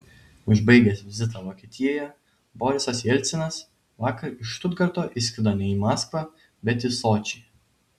užbaigęs vizitą vokietijoje borisas jelcinas vakar iš štutgarto išskrido ne į maskvą bet į sočį